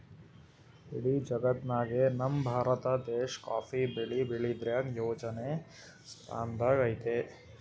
ಇಡೀ ಜಗತ್ತ್ನಾಗೆ ನಮ್ ಭಾರತ ದೇಶ್ ಕಾಫಿ ಬೆಳಿ ಬೆಳ್ಯಾದ್ರಾಗ್ ಯೋಳನೆ ಸ್ತಾನದಾಗ್ ಅದಾ